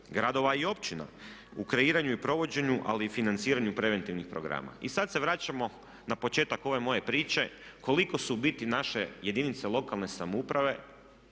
gradova i općina u kreiranju i provođenju ali i financiranju preventivnih programa. I sada se vraćamo na početak ove moje priče koliko su u biti naše jedinice lokalne samouprave